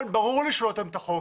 ברור לי שהוא לא תואם את החוק,